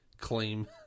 claim